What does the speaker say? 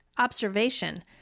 observation